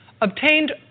obtained